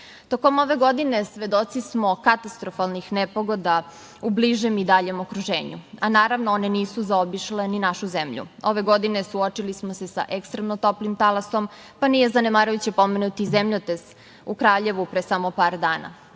ove godine svedoci smo katastrofalnih nepogoda u bližem i daljem okruženju, a naravno one nisu zaobišle ni našu zemlju. Ove godine suočili smo sa ekstremno toplim talasom, pa nije zanemarujuće pomenuti i zemljotres u Kraljevu pre samo par dana.